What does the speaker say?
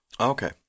Okay